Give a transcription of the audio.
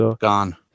gone